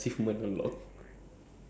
use phone is like